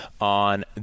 on